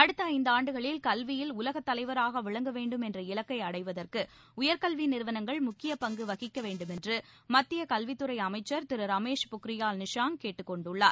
அடுத்த ஐந்து ஆண்டுகளில் கல்வியில் உலகத் தலைவராக விளங்க வேண்டும் என்ற இலக்கை அடைவதற்கு உயர்கல்வி நிறுவனங்கள் முக்கிய பங்கு வகிக்க வேண்டுமென்று மத்திய கல்வித்துறை அமைச்சா் திரு ரமேஷ் பொக்ரியால் நிஷாங் கேட்டுக் கொண்டுள்ளார்